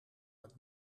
het